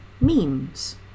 memes